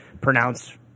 pronounce